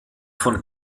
von